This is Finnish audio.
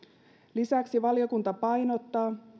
lisäksi valiokunta painottaa